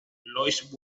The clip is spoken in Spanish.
lois